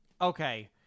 okay